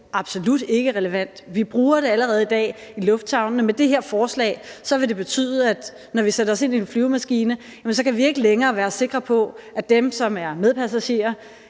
absolut ikke er relevant for. Vi bruger det allerede i dag i lufthavnene, men med det her forslag vil det betyde, at når vi sætter os ind i en flyvemaskine, kan vi ikke længere være sikre på, at medpassagererne